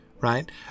Right